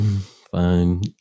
Fine